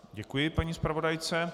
Děkuji paní zpravodajce.